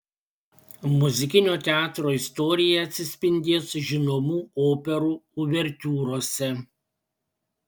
muzikinio teatro istorija atsispindės žinomų operų uvertiūrose